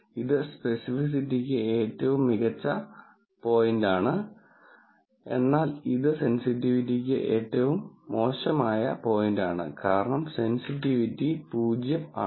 അതിനാൽ ഇത് സ്പെസിഫിറ്റിക്ക് ഏറ്റവും മികച്ച പോയിന്റാണ് എന്നാൽ ഇത് സെൻസിറ്റിവിറ്റിക്ക് ഏറ്റവും മോശം പോയിന്റാണ് കാരണം സെൻസിറ്റിവിറ്റി 0 ആണ്